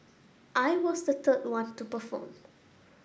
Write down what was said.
I was the third one to perform